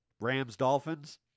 Rams-Dolphins